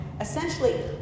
essentially